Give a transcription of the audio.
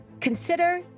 consider